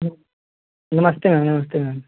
जी नमस्ते मैम नमस्ते मैम